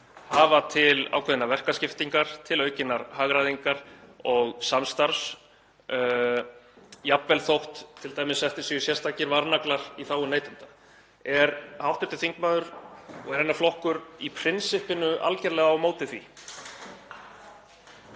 hafa til ákveðinnar verkaskiptingar, til aukinnar hagræðingar og samstarfs, jafnvel þótt t.d. eftir séu sérstakir varnaglar í þágu neytenda? Er hv. þingmaður og hennar flokkur í prinsippinu algerlega á móti því?